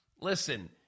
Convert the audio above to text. listen